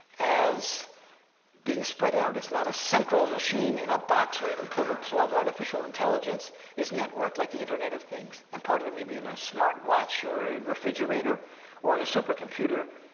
as being spread out. it's not a central machine in a box where you can pull the plug. artificial intelligence is networked, like the internet of things, and part of it may be in a smart watch or a and refrigerator or in a supercomputer.